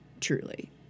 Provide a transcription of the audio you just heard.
Truly